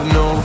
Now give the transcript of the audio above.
no